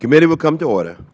committee will come to order